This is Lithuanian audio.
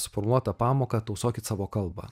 suformuotą pamoką tausokit savo kalbą